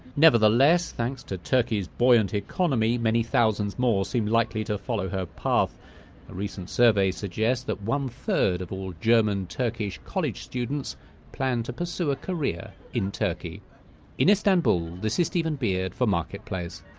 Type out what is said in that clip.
nevertheless, thanks to turkey's buoyant economy, many thousands more seem likely to follow her path. a recent survey suggests that one-third of all german-turkish college students plan to pursue a career in turkey in istanbul, this is stephen beard for marketplace